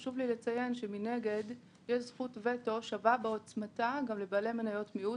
חשוב לי לציין שמנגד יש זכות וטו שווה בעוצמתה גם לבעלי מניות מיעוט.